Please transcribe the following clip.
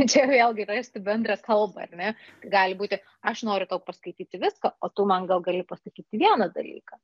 čia vėlgi rasti bendrą kalbą ar ne gali būti aš noriu tau paskaityti viską o tu man gal gali pasakyti vieną dalyką